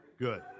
Good